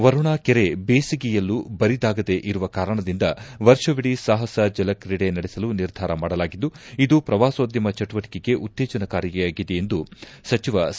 ವರುಣಾ ಕೆರೆ ಬೇಸಿಗೆಯಲ್ಲೂ ಬರಿದಾಗದೇ ಇರುವ ಕಾರಣದಿಂದ ವರ್ಷವಿಡೀ ಸಾಹಸ ಜಲ ಕ್ರೀಡೆ ನಡೆಸಲು ನಿರ್ಧಾರ ಮಾಡಲಾಗಿದ್ದು ಇದು ಪ್ರವಾಸೋದ್ಯಮ ಚೆಟುವಟಿಕೆಗೆ ಉತ್ತೇಜನಕಾರಿಯಾಗಿದೆ ಎಂದು ಸಚಿವ ಸಾ